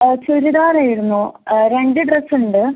ചുരിദാറായിരുന്നു രണ്ട് ഡ്രസ്സുണ്ട്